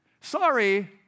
Sorry